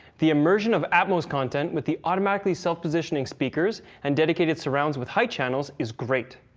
the immersion of atmos content with the automatically self-positioning speakers and dedicated surrounds with height channels is great.